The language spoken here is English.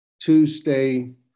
Tuesday